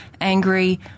angry